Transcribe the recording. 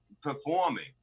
performing